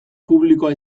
publikoa